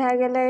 भए गेलै